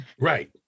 right